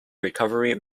recovery